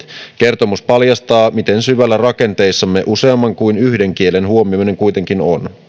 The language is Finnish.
kertomus paljastaa miten syvällä rakenteissamme useamman kuin yhden kielen huomioiminen kuitenkin on